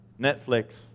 Netflix